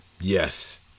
Yes